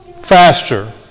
Faster